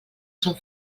són